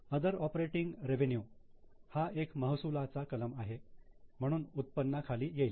other operating revenue हा एक महसुलाचा कलम आहे म्हणून उत्पन्ना खाली येईल